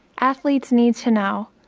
athletes need to know,